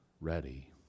ready